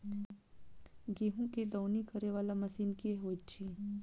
गेंहूँ केँ दौनी करै वला मशीन केँ होइत अछि?